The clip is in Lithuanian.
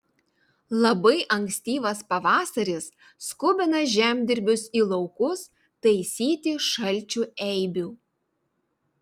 labai ankstyvas pavasaris skubina žemdirbius į laukus taisyti šalčių eibių